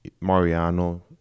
mariano